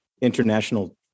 international